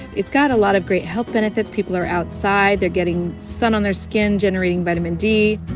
it's got a lot of great health benefits. people are outside. they're getting sun on their skin, generating vitamin d